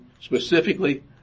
specifically